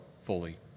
fully